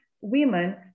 women